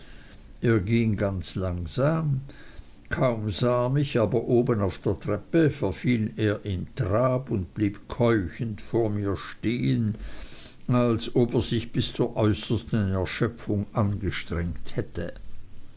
er ging ganz langsam kaum sah er mich aber oben auf der treppe verfiel er in trab und blieb keuchend vor mir stehen als ob er sich bis zur äußersten erschöpfung angestrengt hätte